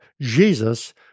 Jesus